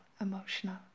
emotional